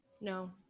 No